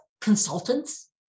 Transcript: consultants